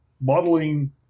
modeling